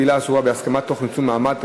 בעילה אסורה בהסכמה תוך ניצול מעמד),